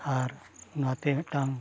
ᱟᱨ ᱚᱱᱟᱛᱮ ᱢᱤᱫᱴᱟᱱ